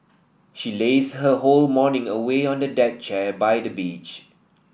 she lazed her whole morning away on a deck chair by the beach